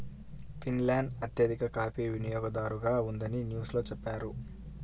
Finland అత్యధిక coffee వినియోగదారుగా ఉందని న్యూస్ లో చెప్పారు